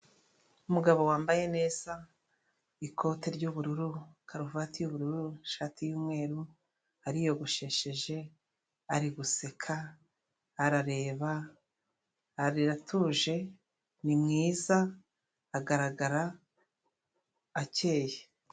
Umugabo wambaye neza ikote ry'ubururu karuvati yubururu, shati y'umweru ariyogoshesheje ari guseka arareba aratuje ni mwiza agaragara akeye.